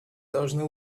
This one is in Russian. должны